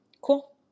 cool